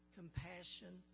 compassion